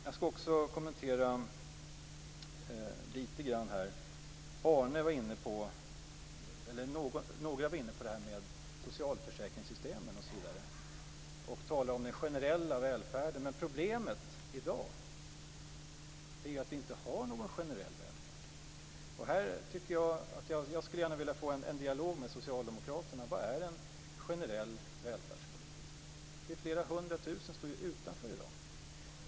Jag skall också kommentera några andra saker. Några var inne på detta med socialförsäkringssystemen och talade om den generella välfärden. Men problemet i dag är ju att vi inte har någon generell välfärd. Jag skulle gärna vilja få en dialog med socialdemokraterna om detta. Vad är en generell välfärdspolitik? Flera hundratusen står ju utanför i dag.